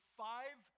five